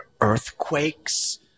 earthquakes